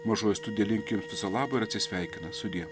mažoji studija linki jums viso labo ir atsisveikina sudie